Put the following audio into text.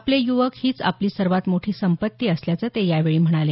आपले युवक हीच आपली सर्वात मोठी संपत्ती असल्याचं ते यावेळी म्हणाले